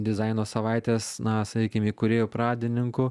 dizaino savaitės na sakykim įkūrėju pradininku